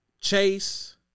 Chase